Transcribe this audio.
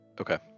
Okay